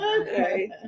Okay